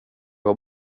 var